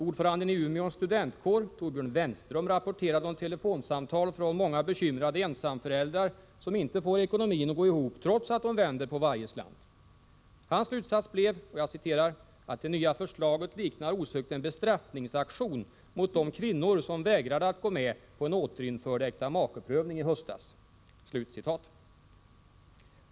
Ordföranden i Umeå studentkår, Torbjörn Wennström, rapporterade om telefonsamtal från många bekymrade ensamföräldrar som inte får ekonomin att gå ihop trots att de vänder på varje slant. Hans slutsats blev: Det nya förslaget liknar osökt en bestraffningsaktion mot de kvinnor som vägrade att gå med på en återinförd äktamakeprövning i höstas.